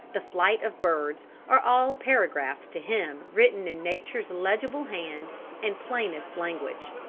the flight of birds, are all paragraphs to him written in nature's legible hand and plainest language.